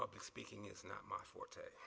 public speaking is not my forte